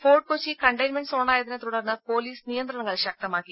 fort Kochi containment സോണായതിനെത്തുടർന്ന് police നിയന്ത്രണങ്ങൾ ശക്തമാക്കി